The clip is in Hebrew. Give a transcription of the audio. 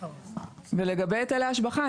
ולגבי היטלי השבחה,